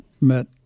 met